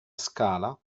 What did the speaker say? scala